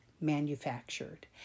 manufactured